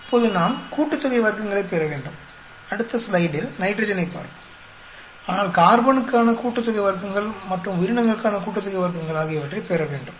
இப்போது நாம் கூட்டுத்தொகை வர்க்கங்களைப் பெற வேண்டும் அடுத்த ஸ்லைடில் நைட்ரஜனைப் பார்ப்போம் ஆனால் கார்பனுக்கான கூட்டுத்தொகை வர்க்கங்கள் மற்றும் உயிரினங்களுக்கான கூட்டுத்தொகை வர்க்கங்கள் ஆகியவற்றைப் பெற வேண்டும்